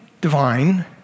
divine